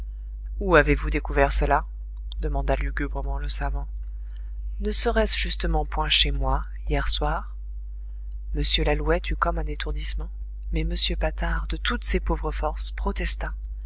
où avez-vous découvert cela demanda lugubrement le savant ne serait-ce justement point chez moi hier soir m lalouette eut comme un étourdissement mais m patard de toutes ses pauvres forces protesta